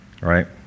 right